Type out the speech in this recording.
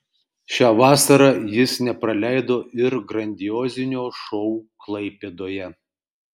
šią vasarą jis nepraleido ir grandiozinio šou klaipėdoje